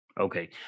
Okay